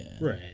right